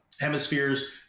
Hemispheres